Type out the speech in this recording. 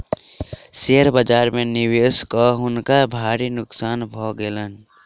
share बाजार में निवेश कय हुनका भारी नोकसान भ गेलैन